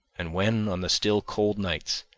and when, on the still cold nights,